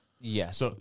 Yes